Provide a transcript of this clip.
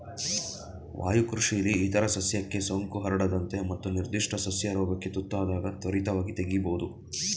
ವಾಯುಕೃಷಿಲಿ ಇತರ ಸಸ್ಯಕ್ಕೆ ಸೋಂಕು ಹರಡದಂತೆ ಮತ್ತು ನಿರ್ಧಿಷ್ಟ ಸಸ್ಯ ರೋಗಕ್ಕೆ ತುತ್ತಾದಾಗ ತ್ವರಿತವಾಗಿ ತೆಗಿಬೋದು